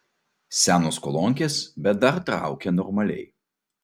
senos kolonkės bet dar traukia normaliai